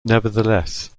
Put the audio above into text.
nevertheless